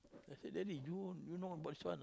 then he said daddy do you know about this one